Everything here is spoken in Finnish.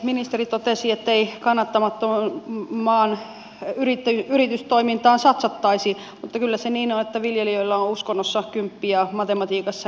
ministeri totesi ettei kannattamattomaan yritystoimintaan satsattaisi mutta kyllä se niin on että viljelijöillä on uskonnossa kymppi ja matematiikassa nelonen